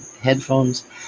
headphones